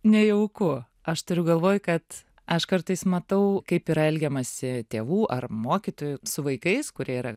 nejauku aš turiu galvoj kad aš kartais matau kaip yra elgiamasi tėvų ar mokytojų su vaikais kurie yra